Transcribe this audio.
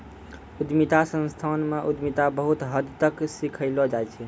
उद्यमिता संस्थान म उद्यमिता बहुत हद तक सिखैलो जाय छै